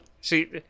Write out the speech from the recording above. See